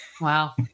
Wow